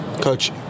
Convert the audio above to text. Coach